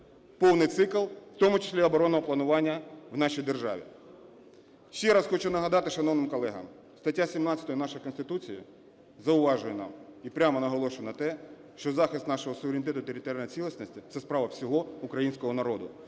повний цикл, в тому числі і оборонного планування в нашій державі. Ще раз хочу нагадати шановним колегам: стаття 17 нашої Конституції зауважує нам і прямо наголошує на те, що захист нашого суверенітету і територіальної цілісності це справа всього українського народу.